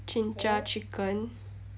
Jinjja Chicken